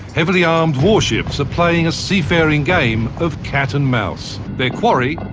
heavily armed warships are playing a seafaring game of cat-and-mouse. their quarry,